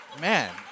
Man